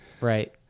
right